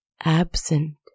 absent